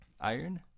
iron